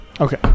Okay